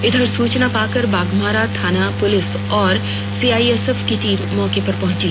इधर सुचना पाकर बाघमारा थाना की पुलिस और सीआईएसफ की टीम मौके पर पहुंची